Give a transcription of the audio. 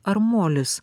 ar molis